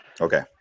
okay